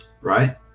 right